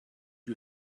you